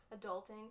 Adulting